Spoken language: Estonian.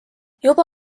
juba